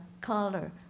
color